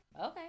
okay